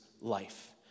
life